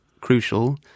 crucial